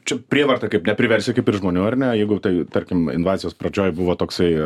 čia prievarta kaip nepriversi kaip ir žmonių ar ne jeigu tai tarkim invazijos pradžioj buvo toksai